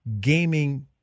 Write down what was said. gaming